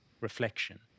reflection